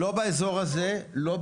לא באזור הזה.